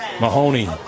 Mahoney